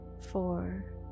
Four